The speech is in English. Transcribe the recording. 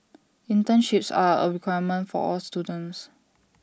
internships are A requirement for all students